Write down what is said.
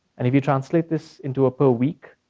and if you translate this into a per week